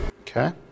Okay